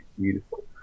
beautiful